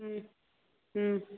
ம் ம்